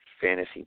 fantasy